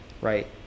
Right